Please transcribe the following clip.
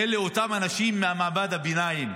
אלה אותם אנשים ממעמד הביניים,